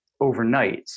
overnight